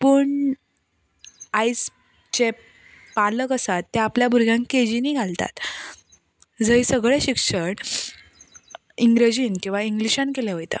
पूण आयज जे पालक आसात ते आपल्या भुरग्यांक के जीक घालतात जंय सगळें शिक्षण इंग्रेजीन किंवा इंग्लीशांत केलें वयता